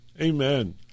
Amen